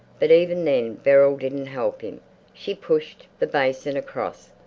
but even then beryl didn't help him she pushed the basin across.